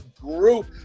group